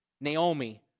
Naomi